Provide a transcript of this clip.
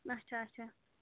اَچھا اَچھا